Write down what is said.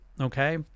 okay